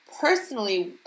personally